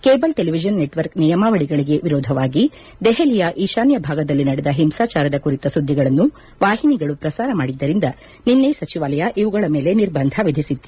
cable television network ನಿಯಮಾವಳಗಳಗೆ ವಿರೋಧವಾಗಿ ದೆಹಲಿಯ ಈಶಾನ್ಯ ಭಾಗದಲ್ಲಿ ನಡೆದ ಹಿಂಸಾಚಾರದ ಕುರಿತ ಸುದ್ಗಗಳನ್ನು ವಾಹಿನಿಗಳು ಪ್ರಸಾರ ಮಾಡಿದ್ಗರಿಂದ ನಿನ್ನೆ ಸಚಿವಾಲಯ ಇವುಗಳ ಮೇಲೆ ನಿರ್ಬಂಧ ವಿಧಿಸಿತ್ತು